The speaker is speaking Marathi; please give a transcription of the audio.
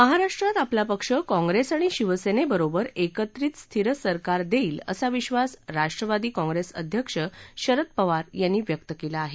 महाराष्ट्रात आपला पक्ष काँग्रेस आणि शिवसेनेबरोबर एकत्रित स्थिर सरकार देईल असा विबास राष्ट्रवादी काँग्रेस अध्यक्ष शरद पवार यांनी व्यक्त केला आहे